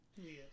Yes